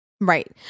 Right